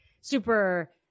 super